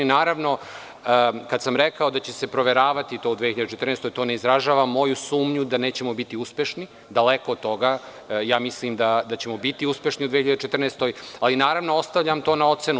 Naravno, kada sam rekao da će se proveravati u 2014 godini, to ne izražava moju sumnju da nećemo biti uspešni, daleko od toga, mislim da ćemo biti uspešni u 2014. godini, ali to ostavljam na ocenu.